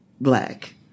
black